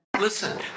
Listen